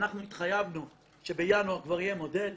אנחנו התחייבנו שבינואר כבר יהיה מודל,